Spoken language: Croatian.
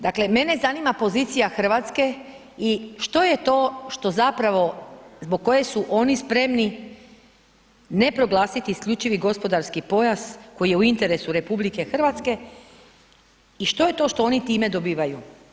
Dakle, mene zanima pozicija Hrvatske i što je to što zapravo, zbog koje su oni spremni ne proglasiti isključivi gospodarski pojas koji je u interesu Republike Hrvatske i što je to što oni time dobivaju?